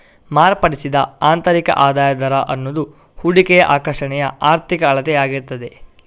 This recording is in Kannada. ಮಾರ್ಪಡಿಸಿದ ಆಂತರಿಕ ಆದಾಯದ ದರ ಅನ್ನುದು ಹೂಡಿಕೆಯ ಆಕರ್ಷಣೆಯ ಆರ್ಥಿಕ ಅಳತೆ ಆಗಿರ್ತದೆ